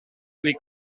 les